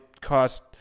cost –